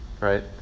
right